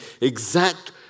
exact